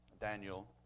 Daniel